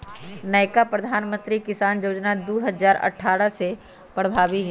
नयका प्रधानमंत्री किसान जोजना दू हजार अट्ठारह से प्रभाबी हइ